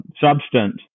substance